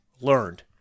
learned